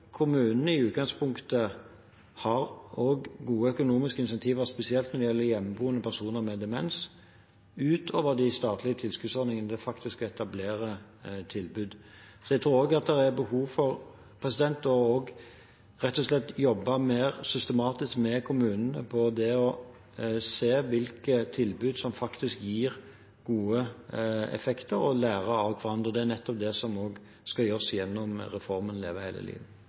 gjelder hjemmeboende personer med demens, utover de statlige tilskuddsordningene ved faktisk å etablere tilbud. Så jeg tror også det er behov for rett og slett å jobbe mer systematisk med kommunene når det gjelder det å se hvilke tilbud som faktisk gir god effekt, og å lære av hverandre. Det er nettopp det som også skal gjøres gjennom reformen Leve hele livet.